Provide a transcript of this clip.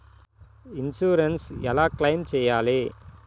Insurance ఎలా claim చేయాలి?